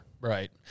Right